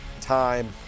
time